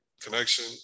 connection